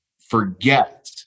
forget